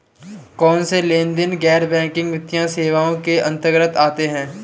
कौनसे लेनदेन गैर बैंकिंग वित्तीय सेवाओं के अंतर्गत आते हैं?